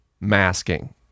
masking